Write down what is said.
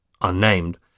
unnamed